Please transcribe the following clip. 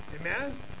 Amen